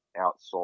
outside